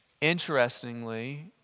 interestingly